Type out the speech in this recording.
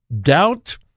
doubt